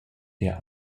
der